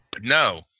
No